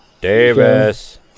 Davis